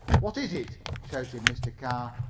what is it? shouted mr. carr,